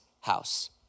house